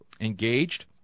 engaged